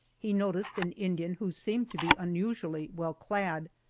he noticed an indian who seemed to be unusually well clad,